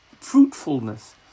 fruitfulness